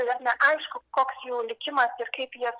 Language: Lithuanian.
turėtume aiškų koks jų likimas ir kaip jie